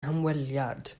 hymweliad